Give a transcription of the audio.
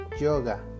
yoga